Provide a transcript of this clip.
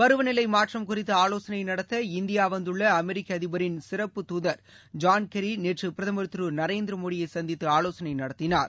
பருவநிலை மாற்றம் குறித்து ஆலோசனை நடத்த இந்தியா வந்துள்ள அமெரிக்க அதிபரின் சிறப்பு தூதர் ஜான் கெர்ரி நேற்று பிரதமர் திரு நரேந்திர மோடியை சந்தித்து ஆலோசனை நடத்தினார்